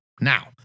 Now